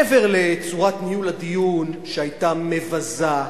מעבר לצורת ניהול הדיון, שהיתה מבזה,